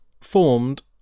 formed